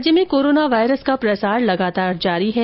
राज्य में corona virus का प्रसार लगातार जारी है